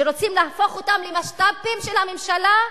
שרוצים להפוך אותם למשת"פים של הממשלה?